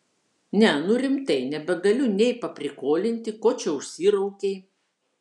ne nu rimtai nebegaliu nei paprikolinti ko čia užsiraukei